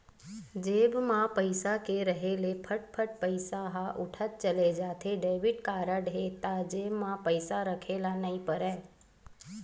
जेब म पइसा के रेहे ले फट फट पइसा ह उठत चले जाथे, डेबिट कारड हे त जेब म पइसा राखे ल नइ परय